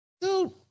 Dude